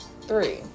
Three